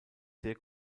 sehr